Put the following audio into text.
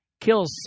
Kills